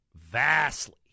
vastly